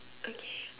okay